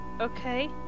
okay